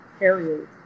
areas